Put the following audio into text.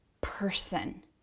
person